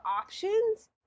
options